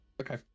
Okay